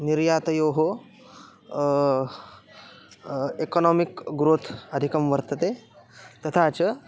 निर्यातयोः economic growth अधिकं वर्तते तथा च